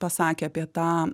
pasakė apie tą